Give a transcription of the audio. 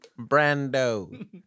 Brando